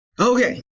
Okay